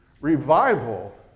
Revival